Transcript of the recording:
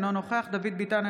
אינו נוכח דוד ביטן,